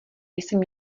jsem